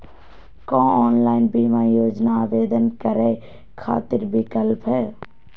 का ऑनलाइन बीमा योजना आवेदन करै खातिर विक्लप हई?